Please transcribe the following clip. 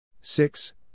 Six